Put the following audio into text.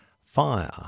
Fire